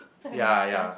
ya ya